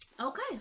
okay